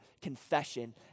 Confession